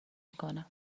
میکنم